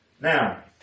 Now